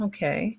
Okay